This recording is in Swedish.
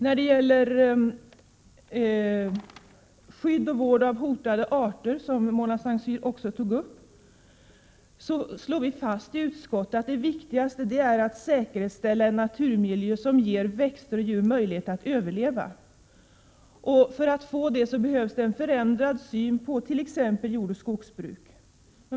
Vad gäller skydd och vård av hotade arter, en fråga som Mona Saint Cyr också tog upp, slår vi fast i utskottet att det viktigaste är att säkerställa en naturmiljö som ger växter och djur en möjlighet att överleva. För att få det behövs en förändrad syn på t.ex. jordbruk och skogsbruk.